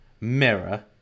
Mirror